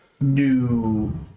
new